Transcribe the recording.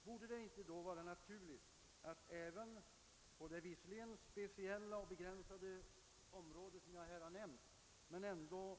Borde det då inte vara naturligt att man även på det visserligen speciella och begränsade men ändå